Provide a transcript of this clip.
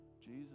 Jesus